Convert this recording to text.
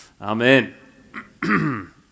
Amen